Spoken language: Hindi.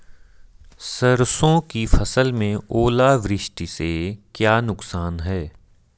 सरसों की फसल में ओलावृष्टि से क्या नुकसान है?